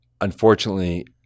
Unfortunately